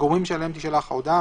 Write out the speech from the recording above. הגורמים שאליהם תישלח ההודעה,